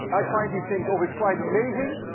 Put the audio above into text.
i find these things always quite amazing,